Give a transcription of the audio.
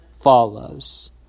follows